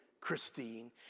Christine